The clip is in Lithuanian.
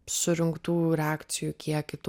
surinktų reakcijų kiekį tu